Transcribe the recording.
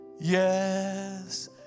Yes